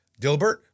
Dilbert